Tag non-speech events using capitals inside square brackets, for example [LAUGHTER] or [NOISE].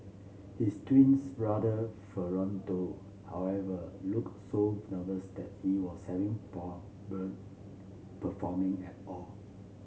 his twins brother Fernando however looked so nervous that he was having [UNINTELLIGIBLE] performing at all